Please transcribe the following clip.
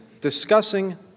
discussing